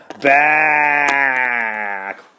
back